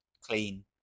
clean